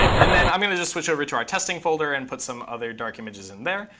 and then, i'm going to just switch over to our testing folder and put some other dark images in there.